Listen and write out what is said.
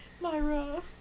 Myra